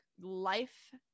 life